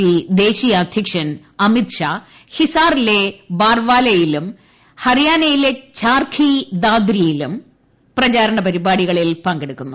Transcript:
P ദേശീയ അധ്യക്ഷൻ അമിത് ഷാ ഹിസ്സാറിലെ ബാർവാലയിലും ഹരിയാനയിലെ ചാർഖി ദാദ്രിയിലും പ്രചാരണ പരിപാടികളിൽ പങ്കെടുക്കുന്നു